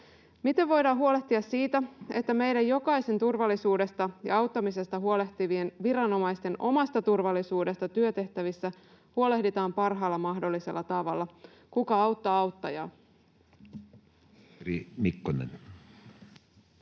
Miten voidaan huolehtia siitä, että meidän jokaisen turvallisuudesta ja auttamisesta huolehtivien viranomaisten omasta turvallisuudesta työtehtävissä huolehditaan parhaalla mahdollisella tavalla? Kuka auttaa auttajaa?